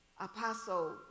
Apostle